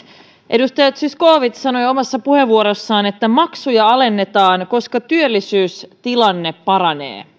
edustaja zyskowicz sanoi omassa puheenvuorossaan että maksuja alennetaan koska työllisyystilanne paranee